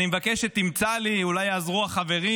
אני מבקש שתמצא לי, אולי יעזרו החברים,